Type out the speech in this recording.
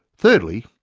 thirdly,